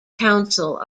council